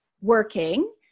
working